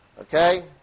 Okay